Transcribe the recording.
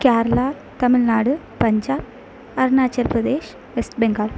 Kerala Tamil Nadu Punjab Arunachal Pradesh West Bengal